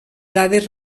dades